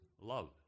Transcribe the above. Love